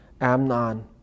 Amnon